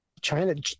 China